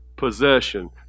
possession